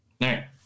right